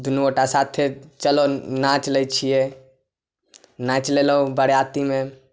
दुनू गोटा साथे चलो नाच लै छियै नाचि लेलहुँ बरातीमे